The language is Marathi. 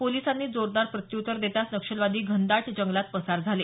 पोलिसांनी जोरदार प्रत्युत्तर देताच नक्षलवादी घनदाट जंगलात पसार झाले